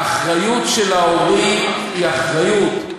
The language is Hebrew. האחריות של ההורים היא אחריות,